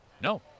No